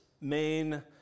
main